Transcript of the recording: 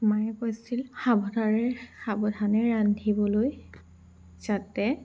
মায়ে কৈছিল সাৱধাৰে সাৱধানে ৰান্ধিবলৈ যাতে